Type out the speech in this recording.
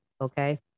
okay